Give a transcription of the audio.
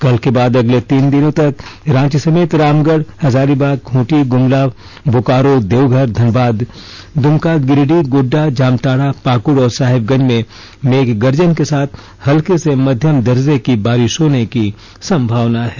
कल के बाद अगले तीन दिनों तक रांची समेत रामगढ़ हजारीबाग खूंटी गुमला बोकारो देवघर धनबाद दुमका गिरिडीह गोड्डा जामताड़ा पाक्ड और साहेबगंज में मेघ गर्जन के साथ हल्के से मध्यम दर्जे की बारिश होने की संभावना है